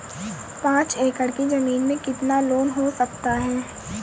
पाँच एकड़ की ज़मीन में कितना लोन हो सकता है?